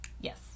Yes